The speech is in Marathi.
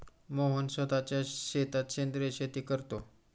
मोहन स्वतःच्या शेतात सेंद्रिय शेती करतो